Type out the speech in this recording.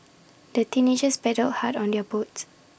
the teenagers paddled hard on their boat